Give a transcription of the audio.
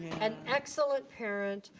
an excellent parent,